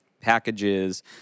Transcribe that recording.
packages